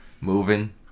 moving